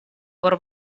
por